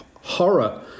horror